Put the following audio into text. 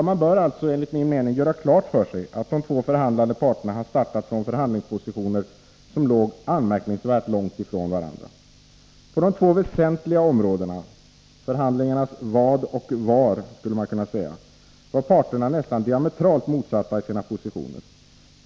Man bör enligt min mening göra klart för sig att de två förhandlande parterna har startat från förhandlingspositioner som låg anmärkningsvärt långt från varandra. På de två väsentliga områdena — förhandlingarnas vad och var, skulle man kunna säga — var parterna nästan diametralt motsatta i sina positioner.